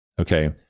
Okay